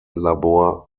labor